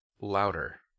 louder